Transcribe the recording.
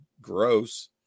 Gross